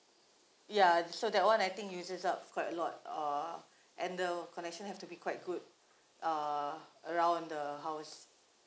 ya so that one I think uses up quite a lot uh and the connection have to be quite good uh around the house